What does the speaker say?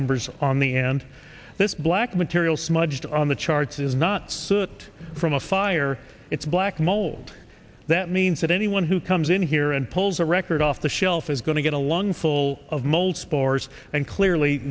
numbers on the and this black material smudged on the charts is not circuit from a fire it's black mold that means that anyone who comes in here and pulls a record off the shelf is going to get along full of mold spores and clearly